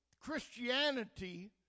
Christianity